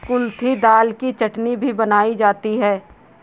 कुल्थी दाल की चटनी भी बनाई जाती है